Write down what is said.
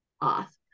off